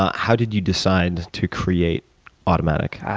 how did you decide to create automattic? oh,